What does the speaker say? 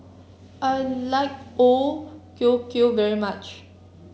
I like O Kueh Kueh very much